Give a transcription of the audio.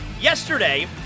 yesterday